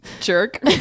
jerk